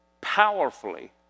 powerfully